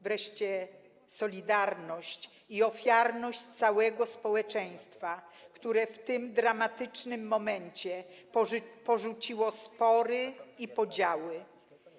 Wreszcie solidarność i ofiarność całego społeczeństwa, które w tym dramatycznym momencie porzuciło spory i podziały.